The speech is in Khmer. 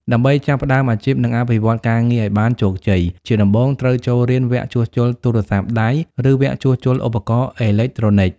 ដើម្បីចាប់ផ្តើមអាជីព និងអភិវឌ្ឍន៍ការងារឱ្យបានជោគជ័យ ជាដំបូងត្រូវចូលរៀនវគ្គជួសជុលទូរស័ព្ទដៃ ឬវគ្គជួសជុលឧបករណ៍អេឡិចត្រូនិច។